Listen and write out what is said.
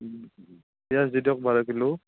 পিঁয়াজ দি দিয়ক বাৰ কিলো